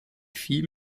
viel